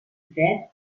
fred